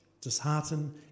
dishearten